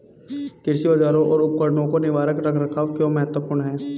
कृषि औजारों और उपकरणों का निवारक रख रखाव क्यों महत्वपूर्ण है?